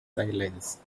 silence